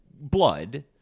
blood